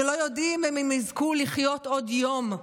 שלא יודעים אם הם יזכו לחיות עוד יום,